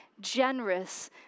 generous